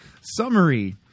summary